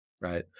right